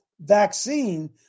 vaccine